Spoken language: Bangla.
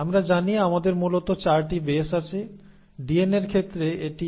আমরা জানি আমাদের মূলত 4 টি বেস আছে ডিএনএর ক্ষেত্রে এটি A T G এবং C হয়